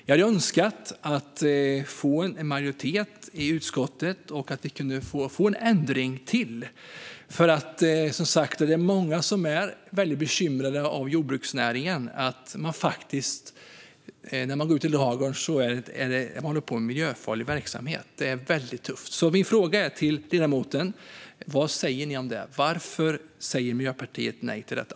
Jag hade önskat att vi kunnat få en majoritet i utskottet för en ändring. Det är många inom jordbruksnäringen som är väldigt bekymrade över att när de går ut i ladugården så håller de på med miljöfarlig verksamhet. Det är väldigt tufft. Min fråga till ledamoten är: Vad säger ni om det? Varför säger Miljöpartiet nej till detta?